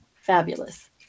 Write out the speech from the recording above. fabulous